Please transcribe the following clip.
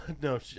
no